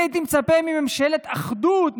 אני הייתי מצפה מממשלת אחדות,